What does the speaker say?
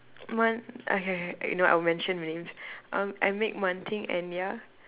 one okay okay you know I'll mention names um I make Wan-Ting Enya